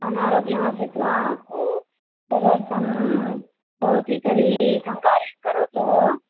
अनारोग्यमासीत् वा ओ तदर्थं भवती तर्हि एकं कार्यं करोतु